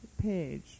page